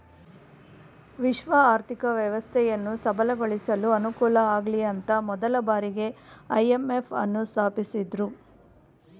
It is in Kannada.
ವಿಶ್ವ ಆರ್ಥಿಕ ವ್ಯವಸ್ಥೆಯನ್ನು ಸಬಲಗೊಳಿಸಲು ಅನುಕೂಲಆಗ್ಲಿಅಂತ ಮೊದಲ ಬಾರಿಗೆ ಐ.ಎಂ.ಎಫ್ ನ್ನು ಸ್ಥಾಪಿಸಿದ್ದ್ರು